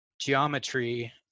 geometry